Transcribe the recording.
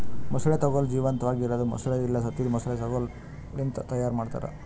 ಮೊಸಳೆ ತೊಗೋಲ್ ಜೀವಂತಾಗಿ ಇರದ್ ಮೊಸಳೆ ಇಲ್ಲಾ ಸತ್ತಿದ್ ಮೊಸಳೆ ತೊಗೋಲ್ ಲಿಂತ್ ತೈಯಾರ್ ಮಾಡ್ತಾರ